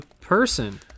person